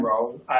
role